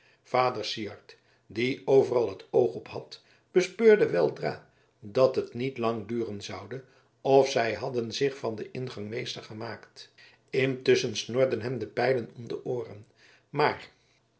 vader syard die overal het oog op had bespeurde weldra dat het niet lang duren zoude of zij hadden zich van den ingang meestergemaakt intusschen snorden hem de pijlen om de ooren maar